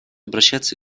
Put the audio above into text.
обращаться